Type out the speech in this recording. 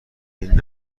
این